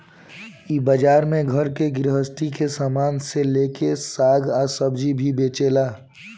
इ बाजार में घर गृहस्थी के सामान से लेके साग आ सब्जी भी बेचाला